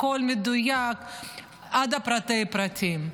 הכול מדויק עד לפרטי-פרטים.